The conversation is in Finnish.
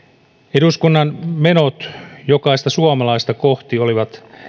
eduskunnan menot jokaista suomalaista kohti olivat